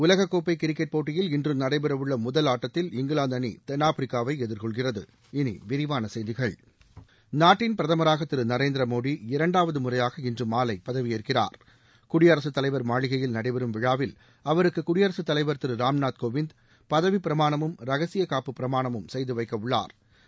உலகக் கோப்பை cricket போட்டியில் இன்று நடைபெறவறள்ள முதல் ஆட்டத்தில் இங்கிலாந்து அணி தென்னாப் பிரிக்காவை எதிர் கொள்கிற து இனி விரிவான செய்திகள் நாட்டின் பிரதமராக திரு ந ரே ந்திர மோடி இரண்டாவது குடியர் சுத் தலைவர் மாளிகையில் நடைபெறும் விழாவில் அவருக் கு கு டி ய ர சு தலை ர தி ரு ராம் நாத் கோவிந்த் பதவி பிரமாண மும் ரகசிய காப்ப பிரமாணமும் செய்து எவக்க உள்ளாா்